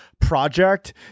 project